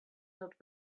not